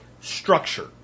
structure